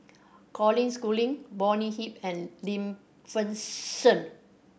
Colin Schooling Bonny Hicks and Lim Fei Shen